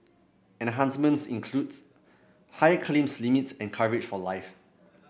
enhancements includes higher claims limits and coverage for life